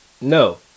No